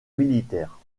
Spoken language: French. militaire